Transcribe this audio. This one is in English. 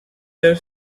their